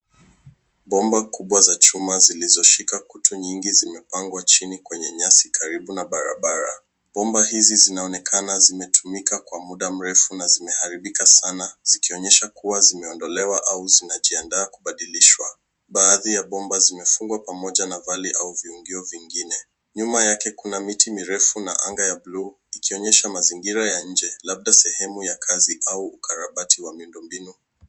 Bomba kubwa za chuma zilizoshika kutu nyingi zimepangwa chini kwenye nyasi karibu na barabara. Bomba hizi zinaonekana zimetumika kwa muda mrefu na zimeharibika sana zikionyesha kuwa zimeondolewa au zinajiandaa kubadilishwa. Baadhi ya bomba zimefungwa pamoja na vali au viungio vingine. Nyuma yake kuna miti mirefu na anga ya buluu ikionyesha mazingira ya nje, labda sehemu ya kazi au ukarabati wa miundo mbinu.